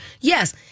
yes